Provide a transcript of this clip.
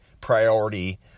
priority